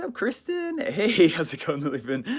um kristin? hey, how's it going louis,